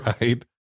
right